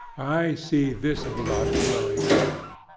i see this blood flowing now.